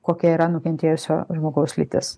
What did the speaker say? kokia yra nukentėjusio žmogaus lytis